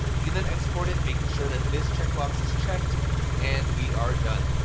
you can then export it, making sure that this checkbox is checked and we are done.